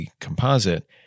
composite